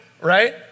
right